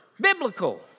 biblical